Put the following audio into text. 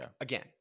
again